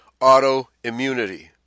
Autoimmunity